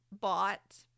bought